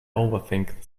overthink